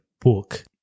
book